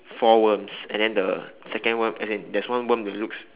four worms and then the second worm as in there's one worm that looks